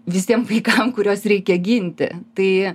visiem vaikam kuriuos reikia ginti tai